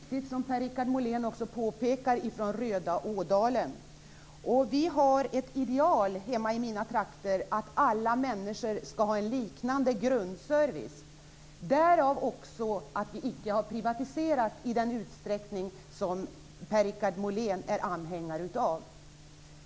Herr talman! Jag kommer, som Per-Richard Molén mycket riktigt påpekade, från det röda Ådalen. Vi har ett ideal hemma i mina trakter att alla människor skall ha en liknande grundservice. Därav kommer också att vi icke har privatiserat i den utsträckning som Per-Richard Molén är anhängare av.